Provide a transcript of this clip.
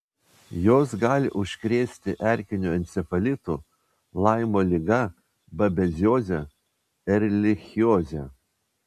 jos gali užkrėsti erkiniu encefalitu laimo liga babezioze erlichioze